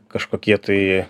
kažkokie tai